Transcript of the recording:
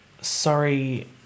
Sorry